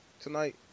tonight